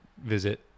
visit